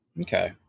Okay